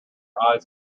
eyes